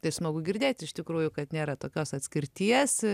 tai smagu girdėti iš tikrųjų kad nėra tokios atskirties